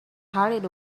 hurried